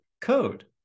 code